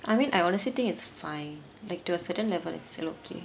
I mean I honestly think it's fine like to a certain level it's still okay